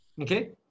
okay